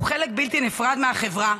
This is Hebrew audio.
הוא חלק בלתי נפרד מהחברה,